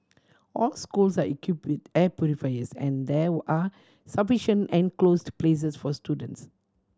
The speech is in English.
all schools are equipped with air purifiers and there were are sufficient enclosed places for students